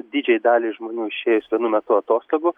didžiajai daliai žmonių išėjus vienu metu atostogų